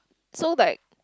so like